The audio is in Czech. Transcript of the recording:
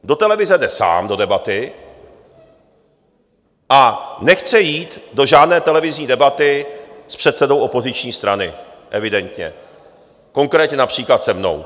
Do televize jde sám, do debaty, a nechce jít do žádné televizní debaty s předsedou opoziční strany evidentně, konkrétně například se mnou.